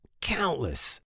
Countless